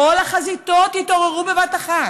כל החזיתות יתעוררו בבת אחת,